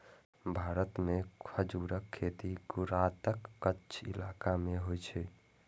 भारत मे खजूरक खेती गुजरातक कच्छ इलाका मे होइ छै